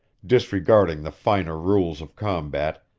disregarding the finer rules of combat,